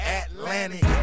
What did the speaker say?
atlantic